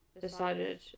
decided